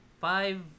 five